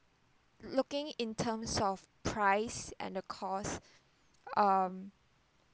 looking in terms of price and the cost um